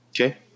okay